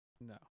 No